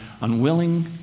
unwilling